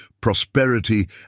prosperity